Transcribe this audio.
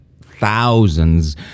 thousands